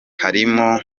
harimo